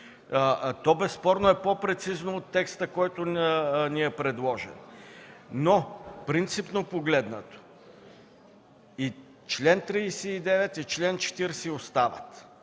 безспорно е по-прецизно от текста, който ни е предложен, но принципно погледнато чл. 39 и чл. 40 остават.